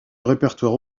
répertoire